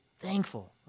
thankful